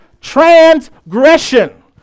transgression